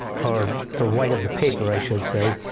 or the white of the paper i should say,